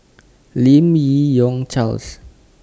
Lim Yi Yong Charles